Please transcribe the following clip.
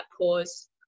pause